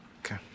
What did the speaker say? Okay